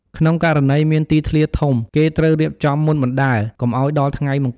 ក្នុងករណីមានទីធ្លាធំគេត្រូវរៀបចំមុនបណ្តើរកុំឱ្យដល់ថ្ងៃមង្គលការធ្វើមិនទាន់ អ្នកសហគមន៍ណាត់ម៉ោងគ្នាដើម្បីជួយរៀបចំ។